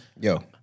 Yo